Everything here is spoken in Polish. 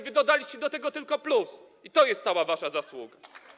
Wy dodaliście do tego tylko plus i to jest cała wasza zasługa.